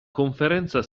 conferenza